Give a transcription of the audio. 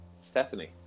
Stephanie